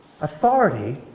authority